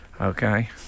Okay